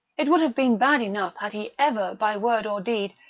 it would have been bad enough had he ever, by word or deed,